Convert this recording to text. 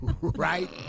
right